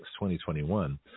2021